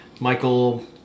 Michael